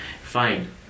fine